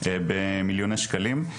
במיליוני שקלים.